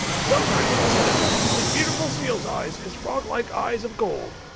and sometimes she says his beautiful seal's eyes, his frog-like eyes of gold.